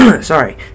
sorry